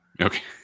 Okay